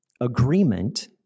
agreement